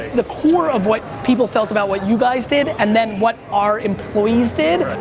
the core of what people felt about what you guys did, and then what our employees did,